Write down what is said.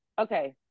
okay